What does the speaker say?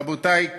רבותי,